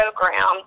program